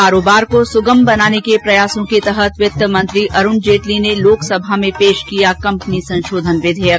कारोबार को सुगम बनाने के प्रयासों के तहत वित्त मंत्री अरूण जेटली ने लोकसभा में पेश किया कम्पनी संशोधन विधेयक